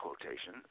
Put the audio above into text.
quotation